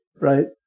right